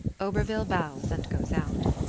oberville bows and goes out.